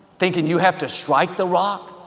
thinking you have to strike the rock,